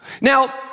Now